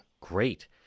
Great